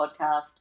Podcast